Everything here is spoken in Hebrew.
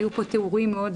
היו פה תיאורים מאוד